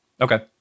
Okay